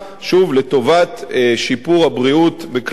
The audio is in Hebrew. לטובת שיפור הבריאות בכלל האוכלוסייה